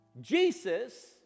Jesus